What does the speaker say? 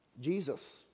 Jesus